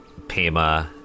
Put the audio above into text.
Pema